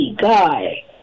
guy